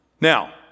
Now